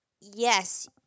yes